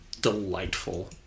delightful